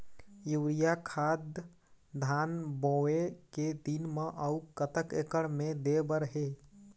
Urea खाद धान बोवे के दिन म अऊ कतक एकड़ मे दे बर हे?